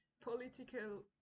political